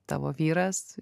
tavo vyras